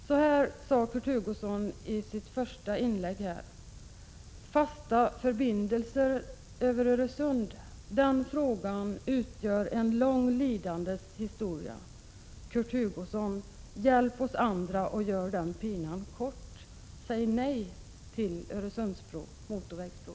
Så här sade Kurt Hugosson i sitt första inlägg här om fasta förbindelser över Öresund: ”Den frågan har en lång, för att inte säga lidandes, historia.” Kurt Hugosson, hjälp oss andra genom att göra den pinan kort! Säg nej till en motorvägsbro över Öresund!